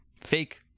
fake